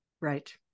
Right